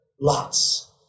Lot's